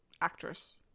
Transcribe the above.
actress